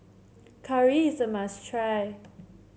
curry is a must try